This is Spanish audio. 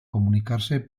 comunicarse